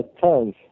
tons